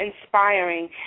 inspiring